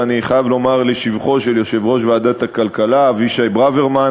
ואני חייב לומר לשבחו של יושב-ראש ועדת הכלכלה אבישי ברוורמן,